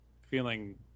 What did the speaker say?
feeling